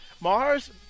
Mars